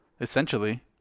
essentially